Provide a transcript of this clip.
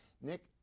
Nick